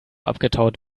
abgetaut